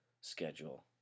schedule